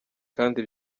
kandi